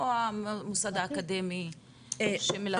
או המוסד האקדמי שמלווה אותם?